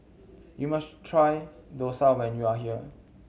you must try dosa when you are here